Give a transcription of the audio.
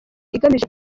igamije